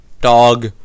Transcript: dog